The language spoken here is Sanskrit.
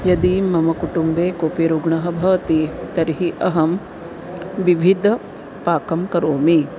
यदि मम कुटुम्बे कोऽपि रुग्णः भवति तर्हि अहं विविधपाकं करोमि